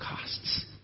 costs